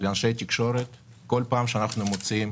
לאנשי תקשורת: בכל פעם שאנחנו מוציאים